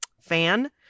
fan